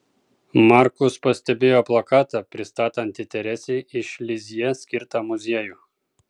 markus pastebėjo plakatą pristatantį teresei iš lizjė skirtą muziejų